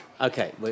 Okay